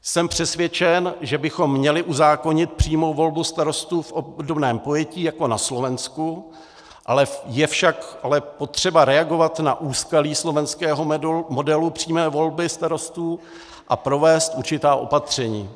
Jsem přesvědčen, že bychom měli uzákonit přímou volbu starostů v obdobném pojetí jako na Slovensku, je však potřeba reagovat na úskalí slovenského modelu přímé volby starostů a provést určitá opatření.